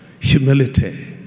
humility